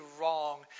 wrong